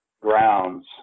grounds